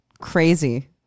crazy